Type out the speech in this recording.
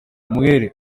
umwere